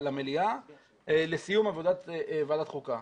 למליאה, לסיום עבודת ועדת החוקה.